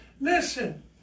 Listen